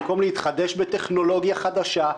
במקום להתחדש בטכנולוגיה חדשה,